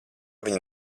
viņi